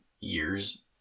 years